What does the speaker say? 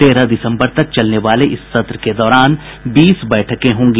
तेरह दिसम्बर तक चलने वाले इस सत्र के दौरान बीस बैठकें होंगी